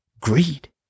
greed